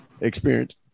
experience